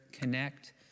connect